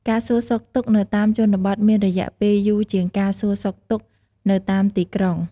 ការសួរសុខទុក្ខនៅតាមជនបទមានរយៈពេលយូរជាងការសួរសុខទុក្ខនៅតាមទីក្រុង។